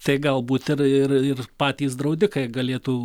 tai galbūt ir ir patys draudikai galėtų